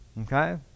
okay